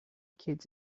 kids